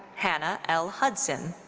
hannah l. hudson.